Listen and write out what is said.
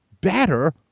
better